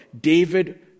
David